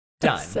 Done